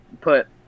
put